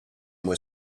were